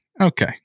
okay